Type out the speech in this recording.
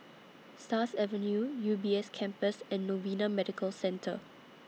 Stars Avenue U B S Campus and Novena Medical Centre